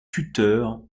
tuteur